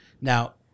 Now